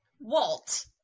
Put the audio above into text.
Walt